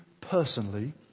personally